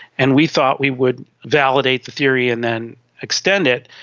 and we thought we would validate the theory and then extend it.